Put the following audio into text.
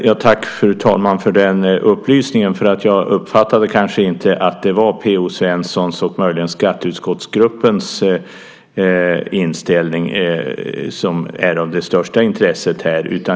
Fru talman! Tack för den upplysningen. Jag uppfattade kanske inte att det var Per-Olof Svenssons och möjligen skatteutskottsgruppens inställning som är av det största intresset här.